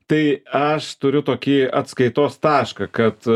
tai aš turiu tokį atskaitos tašką kad